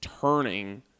turning